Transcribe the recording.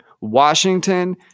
Washington